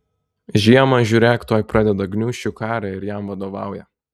žiemą žiūrėk tuoj pradeda gniūžčių karą ir jam vadovauja